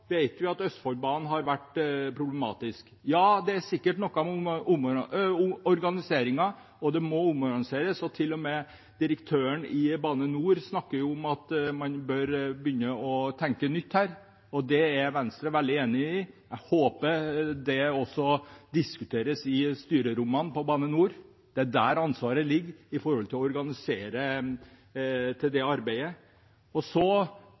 Vi vet at Østfoldbanen har vært problematisk. Ja, det er sikkert noe med organiseringen. Det må omorganiseres. Til og med direktøren i Bane NOR snakker om at man bør begynne å tenke nytt her. Det er Venstre veldig enig i, og jeg håper det også diskuteres i styrerommene til Bane NOR. Det er der ansvaret ligger for å organisere det arbeidet. Jeg tror også det er noen naturgitte forhold